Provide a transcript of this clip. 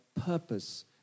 purpose